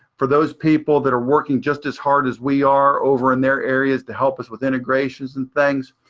for those people that are working just as hard as we are over in their areas to help us with integrations and things.